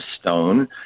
stone